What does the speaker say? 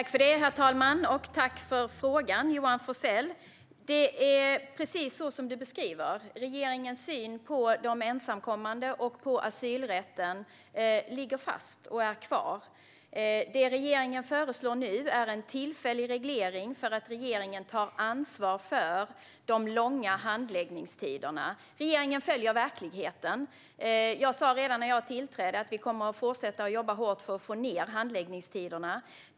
Herr talman! Tack för frågan, Johan Forssell! Det är precis som du beskriver: Regeringens syn på de ensamkommande och på asylrätten ligger fast. Det regeringen nu föreslår är en tillfällig reglering, för regeringen tar ansvar för de långa handläggningstiderna. Regeringen följer verkligheten. Jag sa redan när jag tillträdde att vi kommer att fortsätta att jobba hårt för att korta ned handläggningstiderna.